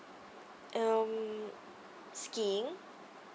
um skiing